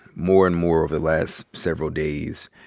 more and more over the last several days.